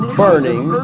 burning